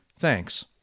Thanks